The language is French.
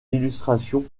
illustration